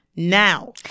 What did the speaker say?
Now